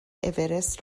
اورست